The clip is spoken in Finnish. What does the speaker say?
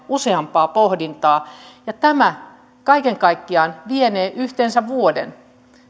useampaa pohdintaa tämä kaiken kaikkiaan vienee yhteensä vuoden